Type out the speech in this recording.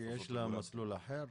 יש להם מסלול אחר?